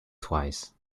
twice